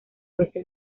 veces